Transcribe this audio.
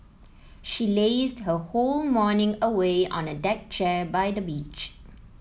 she lazed her whole morning away on a deck chair by the beach